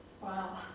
Wow